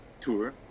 tour